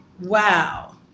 wow